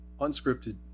unscripted